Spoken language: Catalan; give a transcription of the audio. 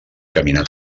caminar